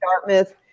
Dartmouth